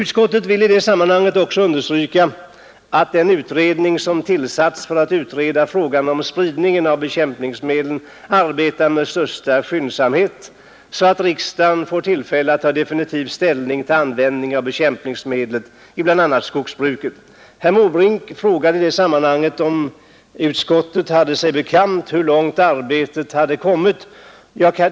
Utskottet vill i det sammanhanget understryka att den utredning som tillsatts för att utreda frågan om spridningen av bekämpningsmedlen arbetar med största skyndsamhet, så att riksdagen snart får tillfälle att ta definitiv ställning till användningen av bekämpningsmedel i bl.a. skogsbruket. Herr Måbrink frågade i det sammanhanget, om utskottet hade sig bekant hur långt arbetet hade kommit.